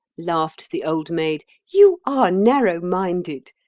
laughed the old maid, you are narrow-minded.